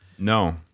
No